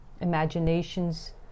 imaginations